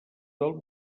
del